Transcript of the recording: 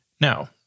Now